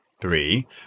Three